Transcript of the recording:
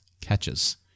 catches